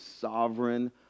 sovereign